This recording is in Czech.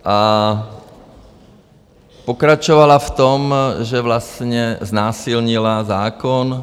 A pokračovala v tom, že vlastně znásilnila zákon.